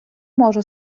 може